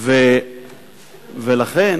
ולכן